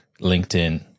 LinkedIn